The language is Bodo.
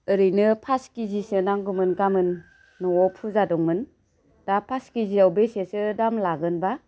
ओरैनो पास किजिसो नांगौंमोन गाबोन न'आव फुजा दंमोन दा पास किजिआव बेसेसो दाम लागोन बा